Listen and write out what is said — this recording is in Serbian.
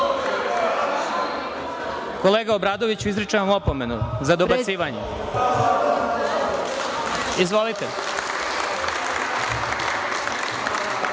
to?)Kolega Obradoviću, izričem vam opomenu za dobacivanje. Izvolite.